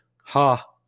ha